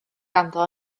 ganddo